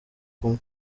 kumwe